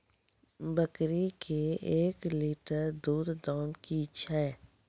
बकरी के एक लिटर दूध दाम कि छ?